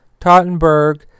Tottenberg